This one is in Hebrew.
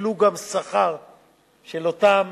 עיקלו גם שכר של אותם